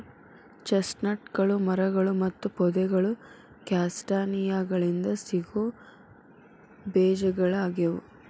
ಚೆಸ್ಟ್ನಟ್ಗಳು ಮರಗಳು ಮತ್ತು ಪೊದೆಗಳು ಕ್ಯಾಸ್ಟಾನಿಯಾಗಳಿಂದ ಸಿಗೋ ಬೇಜಗಳಗ್ಯಾವ